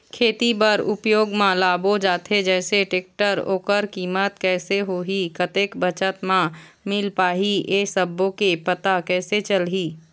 खेती बर उपयोग मा लाबो जाथे जैसे टेक्टर ओकर कीमत कैसे होही कतेक बचत मा मिल पाही ये सब्बो के पता कैसे चलही?